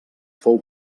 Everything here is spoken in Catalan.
fou